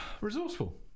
resourceful